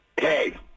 Hey